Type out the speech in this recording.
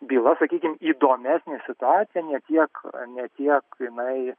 byla sakykim įdomesnė situacija ne tiek ne tiek jinai